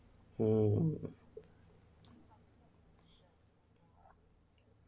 mm